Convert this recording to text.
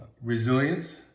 resilience